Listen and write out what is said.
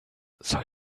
soll